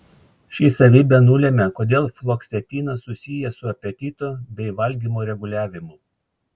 ši savybė nulemia kodėl fluoksetinas susijęs su apetito bei valgymo reguliavimu